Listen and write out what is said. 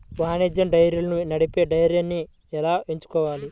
వాణిజ్య డైరీలను నడిపే డైరీని ఎలా ఎంచుకోవాలి?